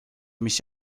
mis